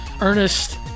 Ernest